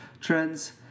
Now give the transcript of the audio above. trends